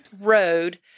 road